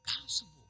possible